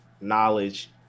knowledge